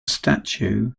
statue